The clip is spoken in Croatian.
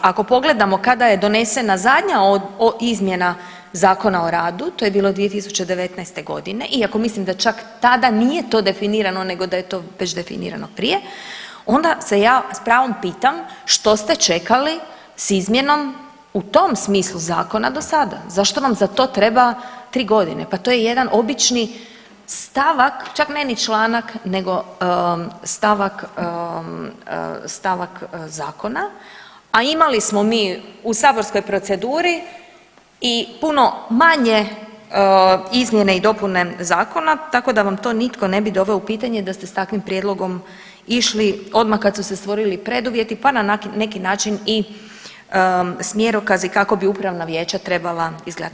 Ako pogledamo kada je donesena zadnja izmjena Zakona o radu, to je bilo 2019.g. iako mislim da čak tada nije to definirano nego da je to već definirano prije onda se ja s pravom pitam što ste čekali s izmjenom u tom smislu zakona do sada, zašto vam za to treba 3.g., pa to je jedan obični stavak, čak ne ni članak nego stavak, stavak zakona, a imali smo mi u saborskoj proceduri i puno manje izmjene i dopune zakona, tako da vam to nitko ne bi doveo u pitanje da ste s takvim prijedlogom išli odma kad su se stvorili preduvjeti, pa na neki način i smjerokazi kako bi upravna vijeća trebala izgledat.